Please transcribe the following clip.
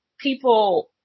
people